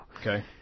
Okay